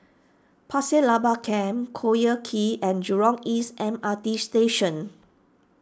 Pasir Laba Camp Collyer Quay and Jurong East M R T Station